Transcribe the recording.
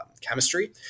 chemistry